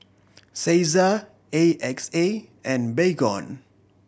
Cesar A X A and Baygon